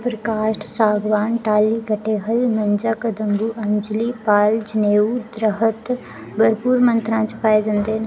प्रकाश्ठ सागबान टाह्ली कटेहल मंजाकदम्बु अंजली पाल जनेऊ दरख्त बरपूर मंत्तरा च पाए जंदे न